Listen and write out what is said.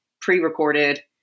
pre-recorded